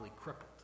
crippled